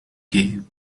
gay